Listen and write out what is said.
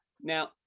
now